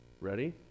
Ready